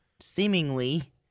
seemingly